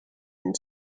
and